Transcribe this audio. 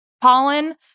pollen